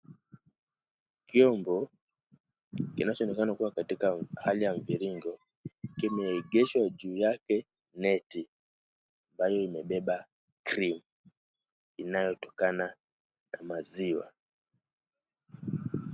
Kiombo kinachoonekana kuwa katika hali ya mviringo, kimeegeshwa juu yake neti ambayo imebeba cream inayotokana na maziwa.